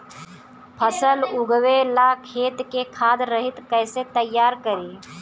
फसल उगवे ला खेत के खाद रहित कैसे तैयार करी?